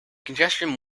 congestion